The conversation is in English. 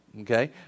okay